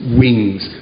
wings